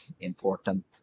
important